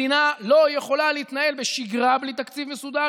מדינה לא יכולה להתנהל בשגרה בלי תקציב מסודר,